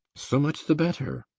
so much the better!